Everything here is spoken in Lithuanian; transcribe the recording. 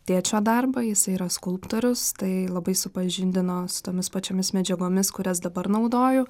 tėčio darbą jis yra skulptorius tai labai supažindino su tomis pačiomis medžiagomis kurias dabar naudoju